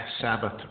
Sabbath